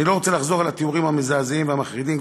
אני לא רוצה לחזור על התיאורים המזעזעים והמחרידים,